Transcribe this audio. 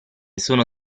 sono